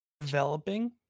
developing